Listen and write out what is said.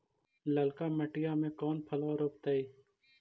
ललका मटीया मे कोन फलबा रोपयतय?